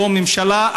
שלום ממשלה,